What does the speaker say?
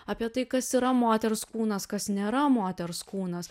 apie tai kas yra moters kūnas kas nėra moters kūnas